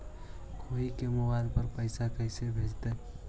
कोई के मोबाईल पर पैसा कैसे भेजइतै?